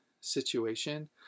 situation